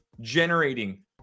generating